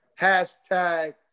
Hashtag